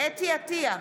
חוה אתי עטייה,